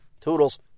Toodles